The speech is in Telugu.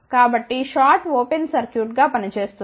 కాబట్టి షార్ట్ ఓపెన్ సర్క్యూట్గా పని చేస్తుంది